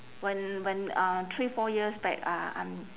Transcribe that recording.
when when uh three four years back uh I'm